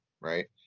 right